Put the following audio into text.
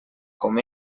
com